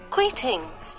Greetings